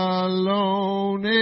alone